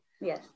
yes